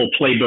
playbook